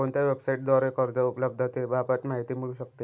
कोणत्या वेबसाईटद्वारे कर्ज उपलब्धतेबाबत माहिती मिळू शकते?